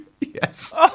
Yes